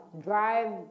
drive